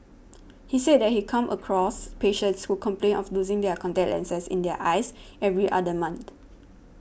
he said that he comes across patients who complain of losing their contact lenses in their eyes every other month